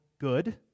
good